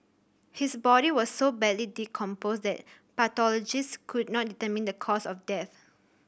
his body was so badly decomposed that pathologists could not determine the cause of death